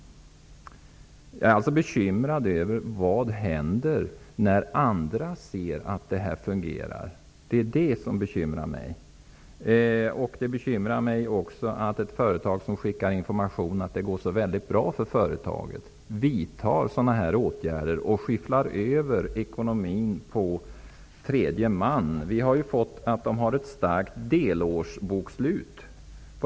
Det som bekymrar mig är vad som kan hända när andra ser att detta fungerar. Det bekymrar mig också att ett företag som skickar ut information om att det går så väldigt bra för företaget vidtar sådana här åtgärder och skyfflar över ekonomin på tredje man. Vi har fått information om att företaget har ett starkt delårsbokslut.